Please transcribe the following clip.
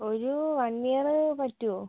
ഒരു one year പറ്റുവോ